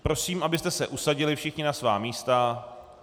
Prosím, abyste se usadili všichni na svá místa.